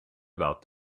about